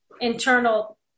internal